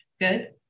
good